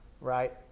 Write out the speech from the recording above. right